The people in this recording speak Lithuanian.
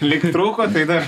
lyg trūko tai dar